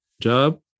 job